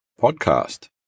Podcast